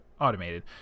automated